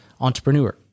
entrepreneur